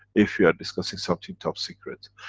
if we are discussing something top secret.